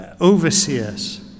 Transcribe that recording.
overseers